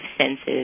senses